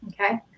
okay